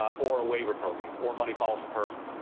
or a waiver program, or money follows the person.